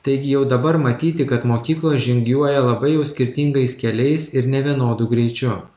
taigi jau dabar matyti kad mokyklos žygiuoja labai jau skirtingais keliais ir nevienodu greičiu